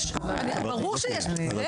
זה